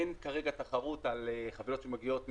אין כרגע תחרות על חבילות שמגיעות,